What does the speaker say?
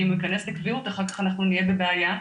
כי אם הוא ייכנס לקביעות אחר כך אנחנו נהיה בבעיה.